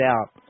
out